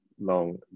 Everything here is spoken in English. long